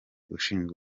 ushinzwe